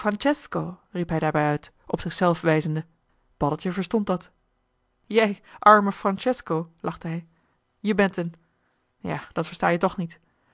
hij daarbij uit op zichzelf wijzende paddeltje verstond dat jij arme francesco lachte hij je bent een ja dat versta-je toch niet